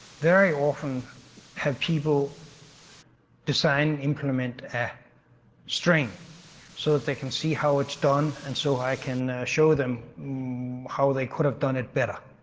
very often have people design implement string so that they can see how it's done and so i can show them how they could have done it better,